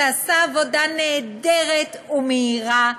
שעשה עבודה נהדרת ומהירה.